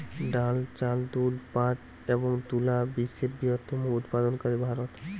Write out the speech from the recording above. ডাল, চাল, দুধ, পাট এবং তুলা বিশ্বের বৃহত্তম উৎপাদনকারী ভারত